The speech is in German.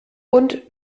und